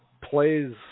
plays